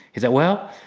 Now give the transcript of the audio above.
he said, well,